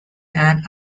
and